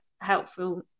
helpful